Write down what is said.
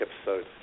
episode